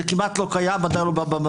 זה כמעט לא קיים במרכז.